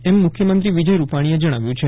એમ મુખ્યમંત્રી વિજય રૂપાણીએ જણાવ્યું છે